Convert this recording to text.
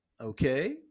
Okay